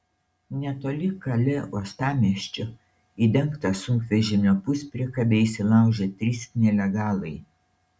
netoli kalė uostamiesčio į dengtą sunkvežimio puspriekabę įsilaužė trys nelegalai